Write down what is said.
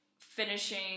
finishing